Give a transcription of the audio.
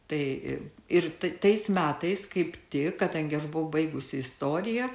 tai ir tais metais kaip tik kadangi aš buvau baigusi istoriją